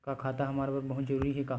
का खाता हमर बर बहुत जरूरी हे का?